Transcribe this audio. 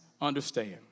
understand